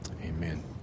Amen